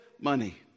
money